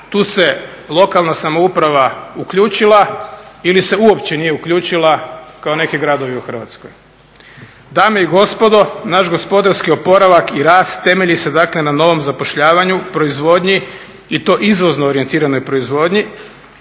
Tu se lokalna samouprava uključila ili se uopće nije uključila kao neki gradovi u Hrvatskoj. Dame i gospodo naš gospodarski oporavak i rast temelji se dakle na novom zapošljavanju, proizvodnji, i to izvozno orijentiranoj proizvodnji